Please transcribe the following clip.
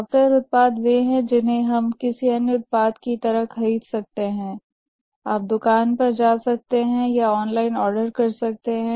software उत्पाद वे हैं जिन्हें हम किसी अन्य उत्पाद की तरह ही खरीद सकते हैं आप दुकान पर जा सकते हैं या ऑनलाइन ऑर्डर कर सकते हैं